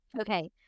Okay